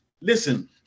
listen